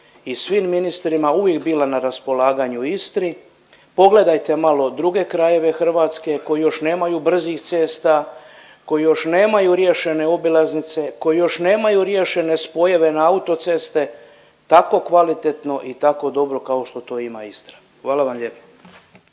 i svim ministrima, uvijek bila na raspolaganju Istri. Pogledajte malo druge krajeve Hrvatske koji još nemaju brzih cesta, koji još nemaju riješene obilaznice, koji još nemaju riješene spojeve na auto ceste tako kvalitetno i tako dobro kao što to ima Istra. Hvala vam lijepa.